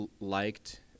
liked